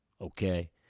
okay